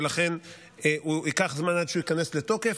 ולכן ייקח זמן עד שהוא ייכנס לתוקף.